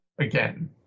again